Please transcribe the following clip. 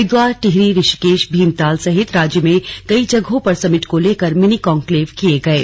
हरिद्वार टिहरी ऋषिकेश भीमताल सहित राज्य में कई जगहों पर समिट को लेकर मिनी कॉन्क्लेव किये गये